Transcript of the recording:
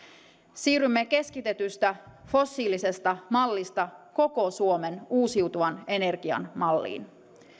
siirrymme keskitetystä fossiilisesta mallista koko suomen uusiutuvan energian malliin